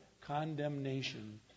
condemnation